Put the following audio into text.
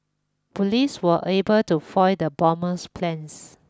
police were able to foil the bomber's plans